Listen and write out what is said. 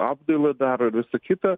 apdailą daro visą kita